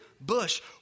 bush